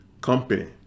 company